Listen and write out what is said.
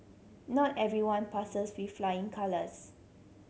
not everyone passes with flying colours